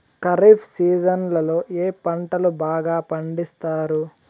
ఖరీఫ్ సీజన్లలో ఏ పంటలు బాగా పండిస్తారు